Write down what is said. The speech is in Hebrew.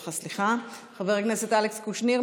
חבר הכנסת אלכס קושניר,